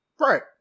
Right